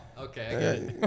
Okay